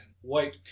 white